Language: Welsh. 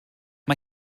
mae